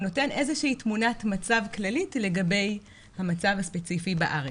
הוא נותן איזו שהיא תמונת מצב כללית לגבי המצב הספציפי בארץ.